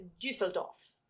Düsseldorf